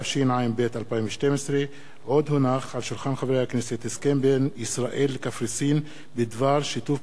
התשע"ב 2012. הסכם בין ישראל לקפריסין בדבר שיתוף